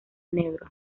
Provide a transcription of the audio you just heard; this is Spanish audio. negro